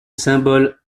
symbole